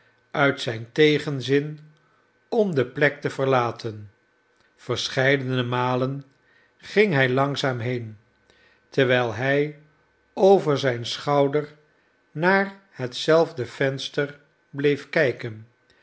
uit zijn tegenzin om de plek te verlaten verscheidene malen ging hij langzaam heen terwijl hij over zijn schouder naar hetzelfde venster bleef kijken